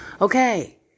Okay